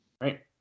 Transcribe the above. Right